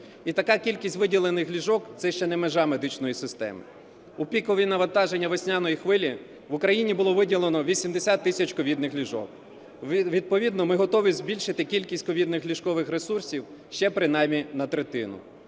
І така кількість виділених ліжок – це ще не межа медичної системи. У пікові навантаження весняної хвилі в Україні було виділено 80 тисяч ковідних ліжок, відповідно ми готові збільшити кількість ковідних ліжкових ресурсів ще принаймні на третину.